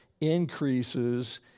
increases